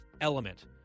element